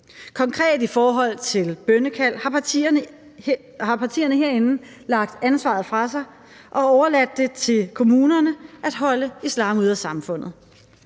Konkret i forhold til bønnekald har partierne herinde lagt ansvaret fra sig og overladt det til kommunerne at holde islam ude af samfundet.